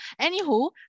anywho